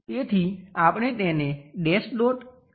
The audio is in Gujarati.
તેથી આપણે તેને ડેશ ડોટ લાઈનથી બતાવીએ છીએ